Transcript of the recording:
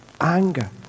anger